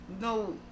No